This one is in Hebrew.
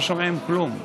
לא שומעים כלום.